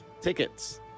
tickets